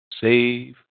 Save